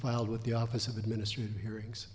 filed with the office of administrative hearings